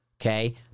Okay